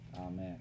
amen